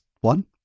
one